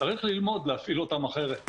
צריך ללמוד להפעיל אותן אחרת.